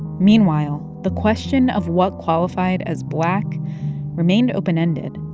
meanwhile, the question of what qualified as black remained open-ended.